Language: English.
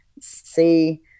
see